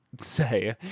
say